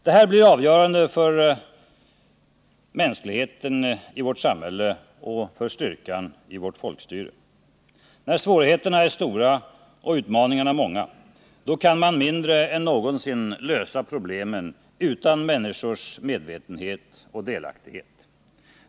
Det här blir avgörande för mänskligheten i vårt samhälle och för styrkan i vårt folkstyre. När svårigheterna är stora och utmaningarna många — då kan man mindre än någonsin lösa problemen utan människors medvetenhet och delaktighet.